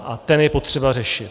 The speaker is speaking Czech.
A ten je potřeba řešit.